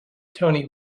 tony